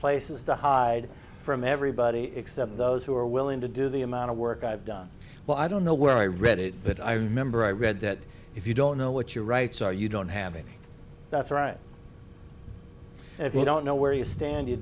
places to hide from everybody except those who are willing to do the amount of work done well i don't know where i read it but i remember i read that if you don't know what your rights are you don't have it that's right and if you don't know where you stand you